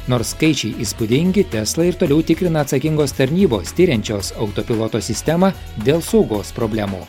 nors skaičiai įspūdingi tesla ir toliau tikrina atsakingos tarnybos tiriančios autopiloto sistemą dėl saugos problemų